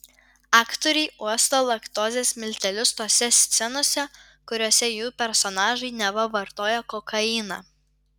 aktoriai uosto laktozės miltelius tose scenose kuriose jų personažai neva vartoja kokainą